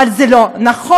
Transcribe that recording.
זה לא נכון,